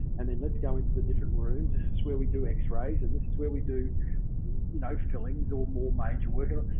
and then let's go into the different rooms, this is where we do x-rays, and this is where we do note fillings or more major work.